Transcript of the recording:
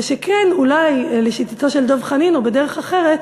ושכן, אולי, לשיטתו של דב חנין, או בדרך אחרת,